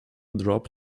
drop